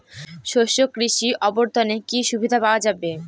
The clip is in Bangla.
শস্য কৃষি অবর্তনে কি সুবিধা পাওয়া যাবে?